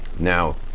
Now